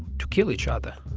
to kill each other